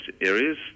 areas